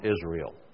Israel